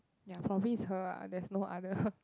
ya probably is her ah there's no other